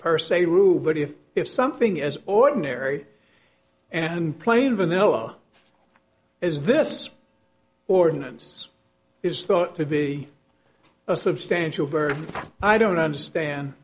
a rule but if if something as ordinary and plain vanilla as this ordinance is thought to be a substantial burden i don't understand